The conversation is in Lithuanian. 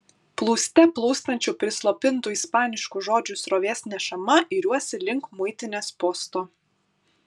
plūste plūstančių prislopintų ispaniškų žodžių srovės nešama iriuosi link muitinės posto